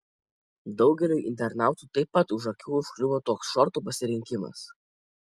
daugeliui internautų taip pat už akių užkliuvo toks šortų pasirinkimas